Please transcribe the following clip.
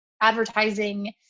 advertising